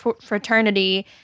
fraternity